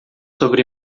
sobre